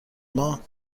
ماه